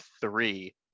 three